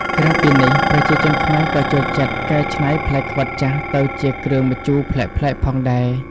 ក្រៅពីនេះ ប្រជាជនខ្មែរក៏ចូលចិត្តកែច្នៃផ្លែខ្វិតចាស់ទៅជា គ្រឿងម្ជូរប្លែកៗផងដែរ ។